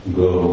go